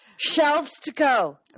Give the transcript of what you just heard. Shelves-to-go